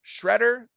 Shredder